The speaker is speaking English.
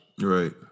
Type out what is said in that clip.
Right